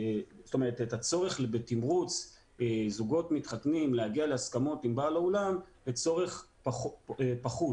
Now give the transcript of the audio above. הצורך בתמרוץ זוגות מתחתנים להגיע להסכמות עם בעל האולם לצורך פחות.